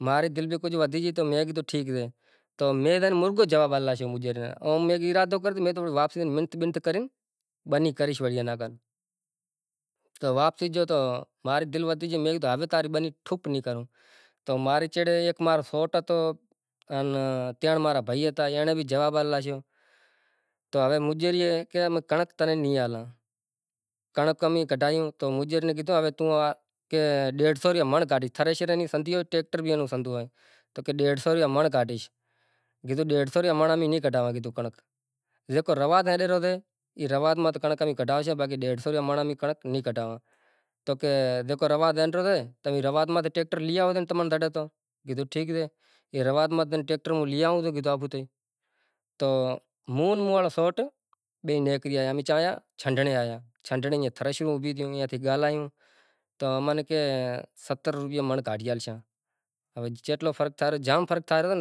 ہیک شاہ عبدالطیف رو ڈینہں آوے ٹھیک اے، تو امیں اسکول میں بس بھری امیں جاں تقریبن خاشا سورا ہوئیں دوست ہوئیں تقریبن اسکول را زیتلا بھی سورا ہوئیں ای شاہ عبدالطیف بھٹائی مطلب ایئں تلا ٹھاول اے گھومی فری بیڑی بھی لاگل اے مطلب ائیں بیزو جکو شاہ عبدالطیف بھٹائی ری جکو مزار اے ایئں ماتھے جا جکو وری سامان تھیو کشمش وغیرا جکو تھیوں ائیں مطلب زکو زکو سامان زکو لیورانڑو او لئی وڑے واپسی وڑے کلچر ڈے ثقافت رو ڈینہں ہوئے مطلب سندھی روں ٹوپیوں اجرک وغیرہ تھیوں مطلب اسکول میں موٹو فنکشن کرتا